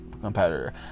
competitor